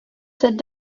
cette